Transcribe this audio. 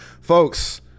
Folks